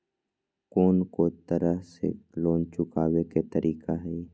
कोन को तरह से लोन चुकावे के तरीका हई?